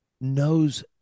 knows